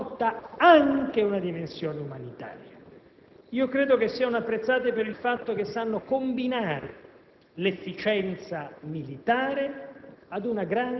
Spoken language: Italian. nostri militari impegnati in missioni internazionali. Essi sono tra i più apprezzati in questo tipo di lavoro